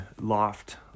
loft